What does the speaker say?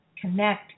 connect